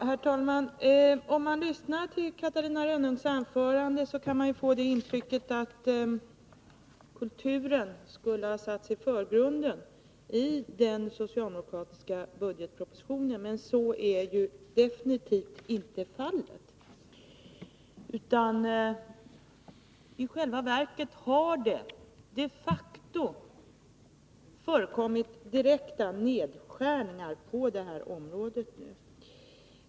Herr talman! Om man lyssnar till Catarina Rönnungs anförande kan man få intrycket att kulturen skulle ha satts i förgrunden i den socialdemokratiska budgetpropositionen, men så är definitivt inte fallet. Det har i stället de facto förekommit direkta nedskärningar på detta område.